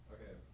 Okay